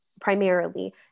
primarily